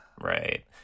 right